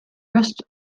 rest